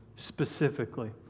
specifically